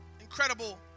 incredible